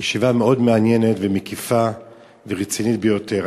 ישיבה מאוד מעניינת, מקיפה ורצינית ביותר.